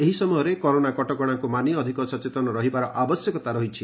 ଏହି ସମୟରେ କରୋନା କଟକଶାକୁ ମାନି ଅଧିକ ସଚେତନ ରହିବାର ଆବଶ୍ୟକତା ରହିଛି